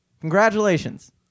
Congratulations